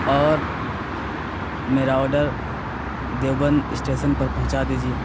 اور میرا order Deoband station پر پہنچا دیجیے